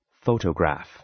photograph